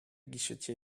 guichetier